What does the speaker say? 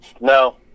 No